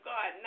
God